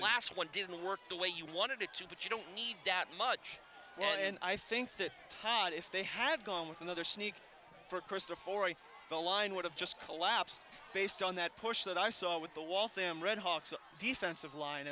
last one didn't work the way you wanted it to that you don't need that much and i think that todd if they had gone with another sneak the line would have just collapsed based on that push that i saw with the waltham red hawks defensive line